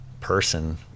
person